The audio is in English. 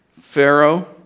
Pharaoh